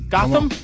Gotham